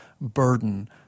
burden